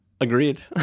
Agreed